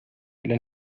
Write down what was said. إلى